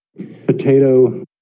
Potato